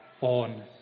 on